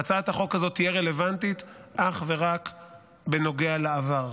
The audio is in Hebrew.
שהצעת החוק הזאת תהיה רלוונטית רק בנוגע לעבר,